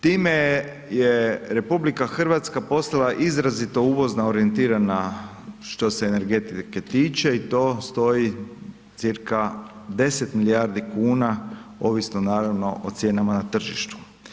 Time je RH postala izrazito uvozno orijentirana što se energetike tiče i to stoji cca 10 milijardi kuna ovisno naravno o cijenama na tržištu.